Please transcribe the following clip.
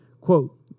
Quote